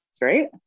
right